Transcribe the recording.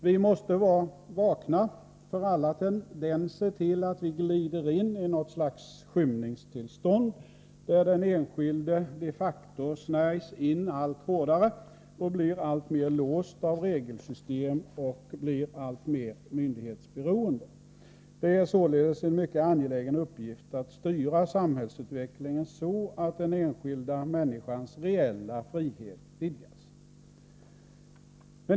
Vi måste vara vakna för alla tendenser till att vi glider in i något slags skymningstillstånd, där den enskilde de facto snärjs in allt hårdare och blir alltmer låst av regelsystem och alltmer myndighetsberoende. Det är således en mycket angelägen uppgift att styra samhällsutvecklingen så att den enskilda människans reella frihet vidgas.